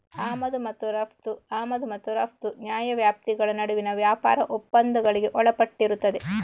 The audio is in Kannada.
ಆಮದು ಮತ್ತು ರಫ್ತು ಆಮದು ಮತ್ತು ರಫ್ತು ನ್ಯಾಯವ್ಯಾಪ್ತಿಗಳ ನಡುವಿನ ವ್ಯಾಪಾರ ಒಪ್ಪಂದಗಳಿಗೆ ಒಳಪಟ್ಟಿರುತ್ತದೆ